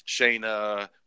Shayna